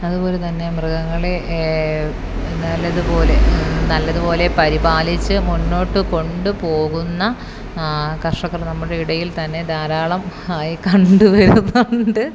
അതുപോലെ തന്നെ മൃഗങ്ങളെ നല്ലതുപോലെ നല്ലതുപോലെ പരിപാലിച്ച് മുന്നോട്ട് കൊണ്ടുപോകുന്ന കർഷകർ നമ്മുടെ ഇടയിൽ തന്നെ ധാരാളം ആയി കണ്ടുവരുന്നുണ്ട്